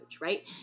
right